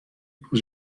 pour